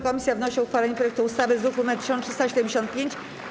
Komisja wnosi o uchwalenie projektu ustawy z druku nr 1375.